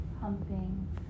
pumping